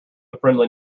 friendly